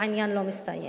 העניין לא מסתיים.